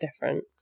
different